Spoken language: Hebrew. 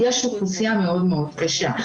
יש אוכלוסייה מאוד מאוד קשה,